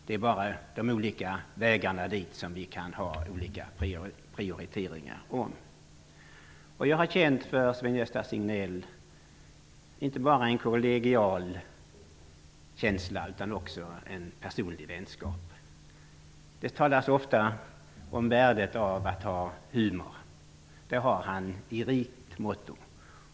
Det är bara när det gäller de olika vägarna dit som vi kan ha olika prioriteringar. Jag har känt för Sven-Gösta Signell, inte bara en kollegial känsla utan också en personlig vänskap. Det talas ofta om värdet av att ha humor. Det har Sven-Gösta Signell i rik måtto.